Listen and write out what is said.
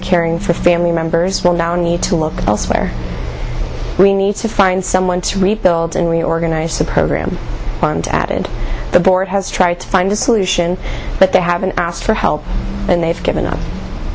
caring for family members will now need to look elsewhere we need to find someone to rebuild in reorganize the program aren't added the board has tried to find a solution but they haven't asked for help and they've given u